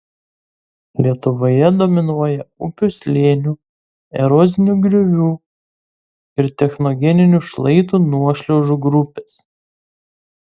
lietuvoje dominuoja upių slėnių erozinių griovų ir technogeninių šlaitų nuošliaužų grupės